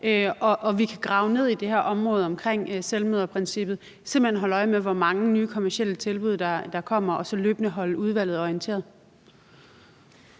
øje og grave ned i det her område omkring selvmøderprincippet, altså simpelt hen holde øje med, hvor mange nye kommercielle tilbud der kommer, og så løbende holde udvalget orienteret?